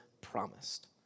promised